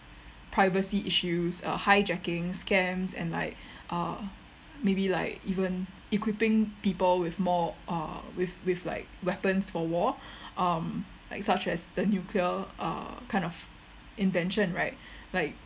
privacy issues uh hijacking scams and like uh maybe like even equipping people with more uh with with like weapons for war um like such as the nuclear uh kind of invention right like